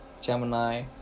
Gemini